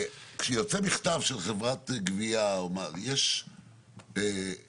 כשיוצא מכתב של חברת גבייה, יש העתק.